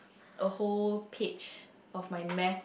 a whole page of my Math